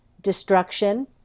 destruction